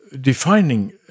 defining